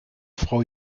frau